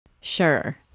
Sure